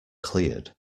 cleared